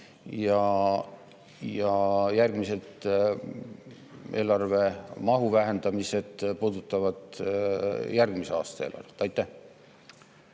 ja järgmised eelarve mahu vähendamised puudutavad järgmise aasta eelarvet. Aitäh!